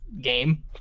game